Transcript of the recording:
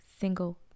single